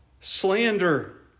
slander